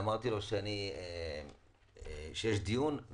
אמרתי לו שיש דיון,